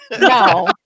No